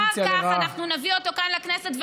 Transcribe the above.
ואחר כך אנחנו נביא אותו כאן לכנסת, תודה.